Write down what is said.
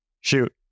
shoot